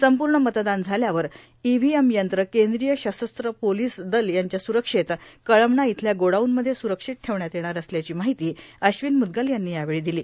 संपूर्ण मतदान झाल्यावर इव्हीएम यंत्र केंद्रीय सशस्त्र पोलिस दल यांच्या सुरक्षेत कळमना इथल्या गोडाऊनमध्ये सुरक्षित ठेवण्यात येणार असल्याची माहिती अश्विन मुद्गल यांनी यावेळी दिली